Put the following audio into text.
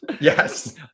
Yes